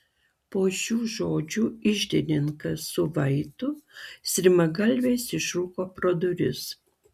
po šių žodžių iždininkas su vaitu strimgalviais išrūko pro duris